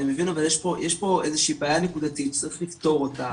אבל יש פה איזושהי בעיה נקודתית שצריך לפתור אותה.